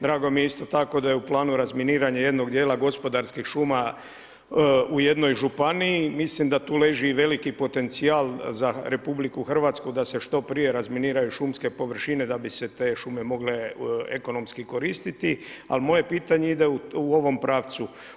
Drago mi je isto tako da je u planu razminiranje jednog djela gospodarskih šuma u jednoj županiji, mislim da tu leži i veliki potencijal za RH da se što prije razminiraju šumske površine da bi se te šume mogle ekonomski koristiti, ali moje pitanje ide u ovom pravcu.